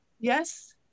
yes